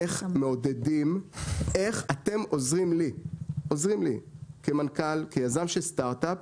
איך אתם עוזרים לי כמנכ"ל, כיזם של סטארט-אפ